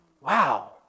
Wow